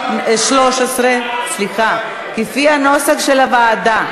13, לפי נוסח הוועדה.